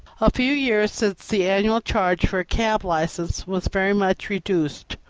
a few years since the annual charge for a cab license was very much reduced,